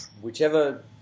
whichever